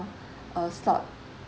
uh slot